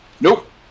Nope